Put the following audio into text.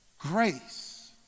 grace